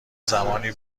زمانی